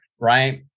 right